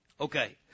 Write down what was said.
Okay